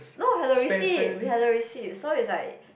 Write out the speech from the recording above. no have the receipt we have the receipt so is like